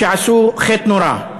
שעשו חטא נורא,